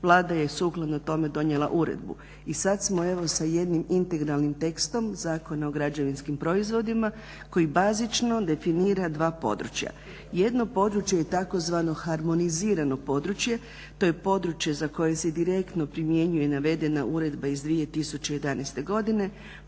Vlada je sukladno tome donijela uredbu. I sada smo evo sa jednim integralnim tekstom Zakona o građevinskim proizvodima koji bazično definira dva područja. Jedno područje je tzv. harmonizirano područje, to je područje za koje se direktno primjenjuje navedena uredba iz 2011.godine